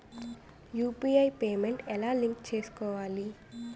UPI payment ఎలా link చేసుకోవాలి?